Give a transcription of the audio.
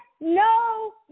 no